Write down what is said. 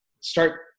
start –